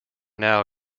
now